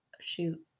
shoot